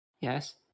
Yes